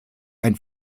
ein